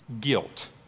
guilt